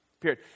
Period